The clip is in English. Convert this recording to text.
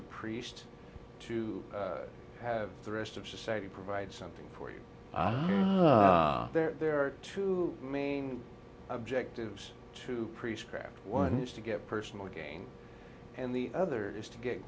a priest to have the rest of society provide something for you there are two main objectives to prescribe one is to get personal gain and the other is to get